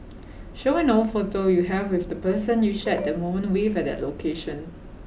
show an old photo you have with the person you shared that moment with at that location